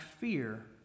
fear